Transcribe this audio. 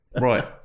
Right